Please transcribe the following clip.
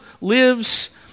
lives